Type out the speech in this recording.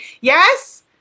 Yes